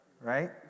right